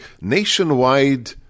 nationwide